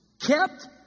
Kept